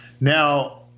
Now